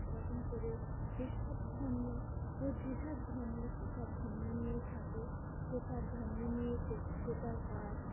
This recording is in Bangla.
এরকম করেই এই সব ধর্ম ও যে যার ধর্ম সে তার ধর্ম নিয়েই থাকে সে তার ধর্ম নিয়ে সে যে তার কাজ